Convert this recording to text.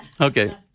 Okay